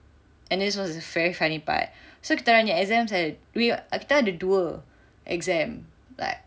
and this was the very funny part so kita orang punya exams we kita ada dua exam like